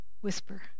whisper